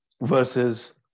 versus